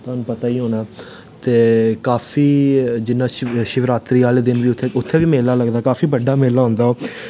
तोहानूं पता ई होना ते काफी जियां शिवरात्री आह्ले दिन बी उत्थै उत्थै बी मेला लगदा काफी बड्डा मेला होंदा ओह्